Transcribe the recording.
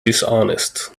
dishonest